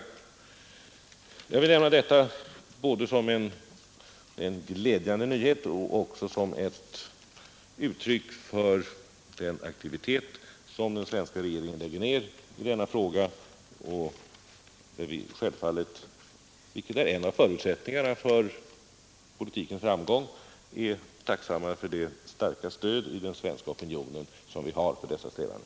Jag vill nämna detta både som en glädjande nyhet och som ett uttryck för den aktivitet som den svenska regeringen lägger ned i denna fråga. Vi är självfallet tacksamma för det starka stöd som vi har i den svenska opinionen för dessa strävanden och som är en av förutsättningarna för politikens framgång.